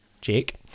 Jake